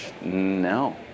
no